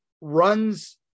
runs